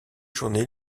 journées